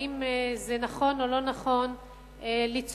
האם זה נכון או לא נכון לצעוד,